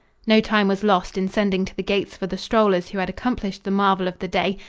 no time was lost in sending to the gates for the strollers who had accomplished the marvel of the day.